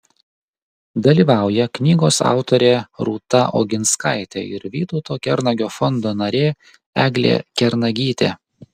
dalyvauja knygos autorė rūta oginskaitė ir vytauto kernagio fondo narė eglė kernagytė